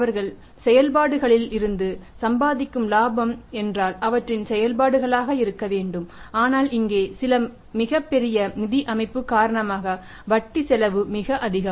அவர்கள் செயல்பாடுகளில் இருந்து சம்பாதிக்கும் லாபம் என்றால் அவற்றின் செயல்பாடுகளாக இருக்க வேண்டும் ஆனால் இங்கே சில மிகப் பெரிய நிதி அமைப்பு காரணமாக வட்டி செலவு மிக அதிகம்